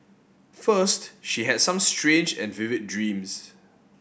first she had some strange and vivid dreams